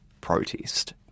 protest